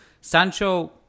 Sancho